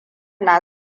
na